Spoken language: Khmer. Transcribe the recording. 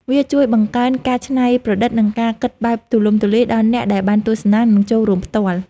វាជួយបង្កើនការច្នៃប្រឌិត និងការគិតបែបទូលំទូលាយដល់អ្នកដែលបានទស្សនា និងចូលរួមផ្ទាល់។